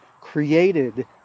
created